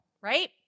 right